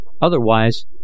otherwise